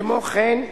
כמו כן,